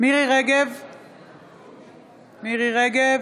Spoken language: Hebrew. מירי מרים רגב,